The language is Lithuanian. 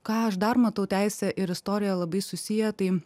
ką aš dar matau teisė ir istorija labai susiję tai